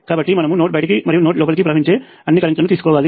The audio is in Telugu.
కాబట్టి మనము నోడ్ బయటికి మరియు లోపలి ప్రవహించే అన్ని కరెంట్ లను తీసుకోవాలి